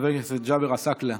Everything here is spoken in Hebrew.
חבר הכנסת ג'אבר עסאקלה,